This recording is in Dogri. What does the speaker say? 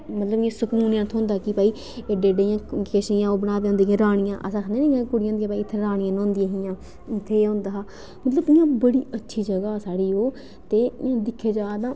मतलब मिगी सकून थ्होंदा के भाई एड्डे एड्डे किश बनाए दे होंदे रानियां अस आखने आं इ'यां कुड़ियां इत्थै भाई इत्थै रानियां न्हौंदियां हियां इत्थै एह् होंदा हा मतलब इ'यां बड़ी अच्छी जगह साढ़ी ही ओह् ते हून दिक्खेआ जा तां